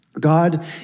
God